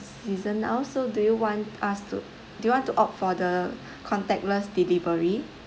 season now so do you want us to do you want to opt for the contactless delivery